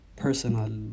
personal